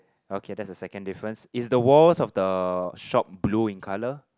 okay that's the second difference is the walls of the shop blue in colour